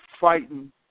fighting